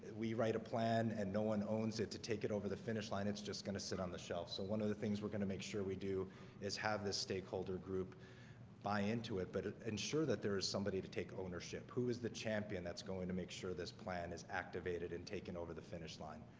we write a plan and no one owns it to take it over the finish line it's just gonna sit on shelf so one of the things we're going to make sure we do is have this stakeholder group buy into it but ensure that there is somebody to take ownership who is the champion that's going to make sure this plan is activated and taken over the finish line